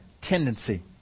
tendency